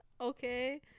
Okay